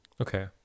Okay